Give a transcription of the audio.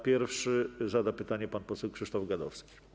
Pierwszy zada pytanie pan poseł Krzysztof Gadowski.